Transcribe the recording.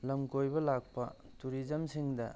ꯂꯝ ꯀꯣꯏꯕ ꯂꯥꯛꯄ ꯇꯨꯔꯤꯖꯝꯁꯤꯡꯗ